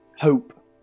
hope